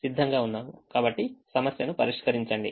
కాబట్టి సమస్యను పరిష్కరించండి